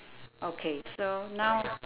okay so now